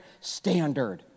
standard